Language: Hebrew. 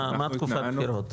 מה תקופת בחירות?